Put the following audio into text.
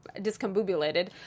discombobulated